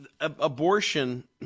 abortion